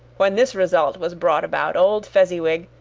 when this result was brought about, old fezziwig,